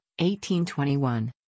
1821